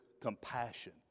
compassion